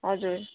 हजुर